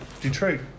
Detroit